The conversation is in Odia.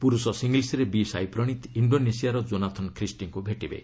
ପୁରୁଷ ସିଙ୍ଗଲ୍ସ୍ରେ ବି ସାଇପ୍ରଣୀତ୍ ଇଣ୍ଡୋନେସିଆର ଜୋନାଥନ୍ ଖ୍ରୀଷ୍ଟିଙ୍କ ଭେଟିବେ